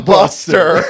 Buster